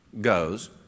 goes